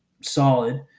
solid